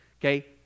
okay